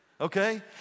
okay